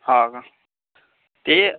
हो का ते